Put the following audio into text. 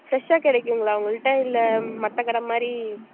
ஃப்ரெஷ்ஷாக கிடைக்குங்களா உங்கள்ட்ட இல்லை மற்ற கடை மாதிரி